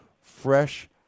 fresh